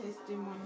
testimony